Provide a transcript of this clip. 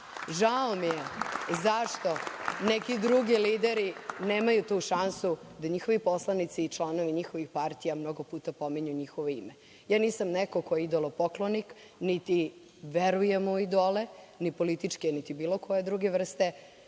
Žao mi je zašto neki drugi lideri nemaju tu šansu da njihovi poslanici i članovi njihovih partija mnogo puta pominju njihovo ime. Ja nisam neko ko je idolopoklonik, niti verujem u idole, ni političke, niti bilo koje druge vrste,